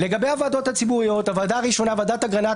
לגבי הוועדות הציבוריות: הוועדה הראשונה היא ועדת אגרנט